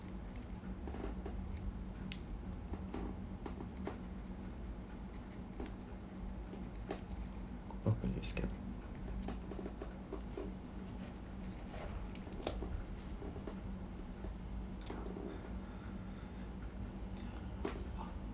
broccoli is can